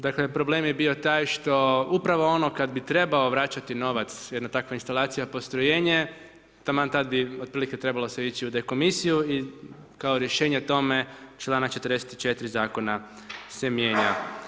Dakle, problem je bio taj što upravo ono kad bi trebao vraćati novac jedna takva instalacija, postrojenje, taman tad bi otprilike se trebalo ići u dekomisiju i kao rješenje tome, čl. 44. zakona se mijenja.